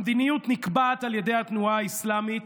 המדיניות נקבעת על ידי התנועה האסלאמית.